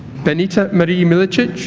benita marie milicich